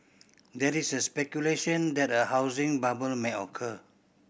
there is a speculation that a housing bubble may occur